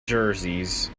jerseys